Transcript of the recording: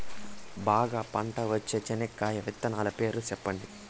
బాగా పంట వచ్చే చెనక్కాయ విత్తనాలు పేర్లు సెప్పండి?